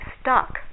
stuck